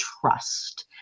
trust